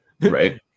right